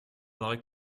like